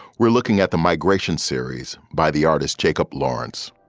we're looking at the migration series by the artist jacob lawrence